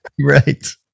Right